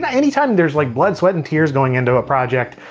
but any time there's like blood, sweat, and tears going into a project,